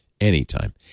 anytime